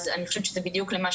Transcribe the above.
אני חושבת שזה בדיוק למה